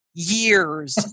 years